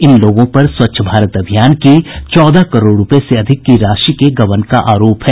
इन लोगों पर स्वच्छ भारत अभियान की चौदह करोड़ रूपये से अधिक की राशि के गबन का आरोप है